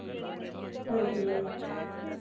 हां जी मैम